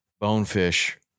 bonefish